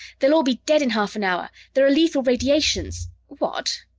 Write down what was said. they'll all be dead in half an hour! there are lethal radiations what?